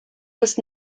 was